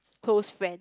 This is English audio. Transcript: close friend